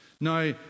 Now